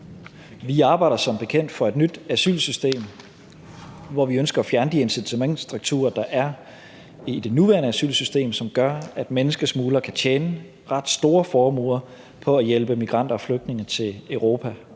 Vi arbejder som bekendt for et nyt asylsystem, hvor vi ønsker at fjerne de incitamentsstrukturer, der er i det nuværende asylsystem, og som gør, at menneskesmuglere kan tjene ret store formuer på at hjælpe migranter og flygtninge til Europa.